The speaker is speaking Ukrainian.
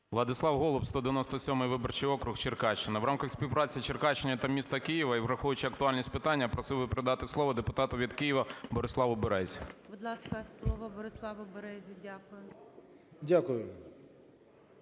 Владислав Голуб, 197 виборчий округ, Черкащина. В рамках співпраці Черкащини та міста Києва і враховуючи актуальність питання просив би передати слово депутату від Києва Бориславу Березі. ГОЛОВУЮЧИЙ. Будь ласка, слово Бориславу Березі. Дякую.